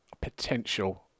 potential